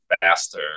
faster